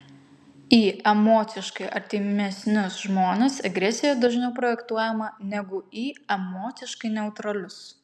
į emociškai artimesnius žmones agresija dažniau projektuojama negu į emociškai neutralius